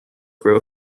grow